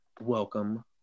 welcome